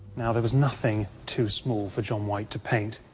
now, there was nothing too small for john white to paint.